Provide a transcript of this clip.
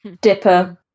Dipper